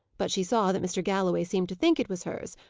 but she saw that mr. galloway seemed to think it was hers,